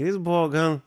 jis buvo gan